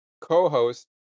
co-host